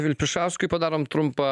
vilpišauskui padarom trumpą